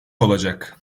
olacak